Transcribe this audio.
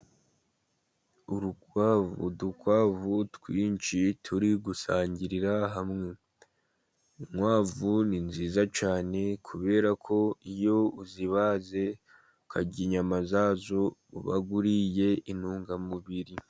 Urukwavu, udukwavu twinshi turi gusangirira hamwe. Inkwavu ni nziza cyane kubera ko iyo uzibaze, ukarya inyama zazo uba uriye intungamubiri.